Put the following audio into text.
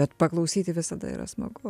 bet paklausyti visada yra smagu